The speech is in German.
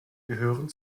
gehören